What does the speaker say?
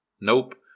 Nope